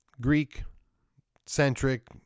Greek-centric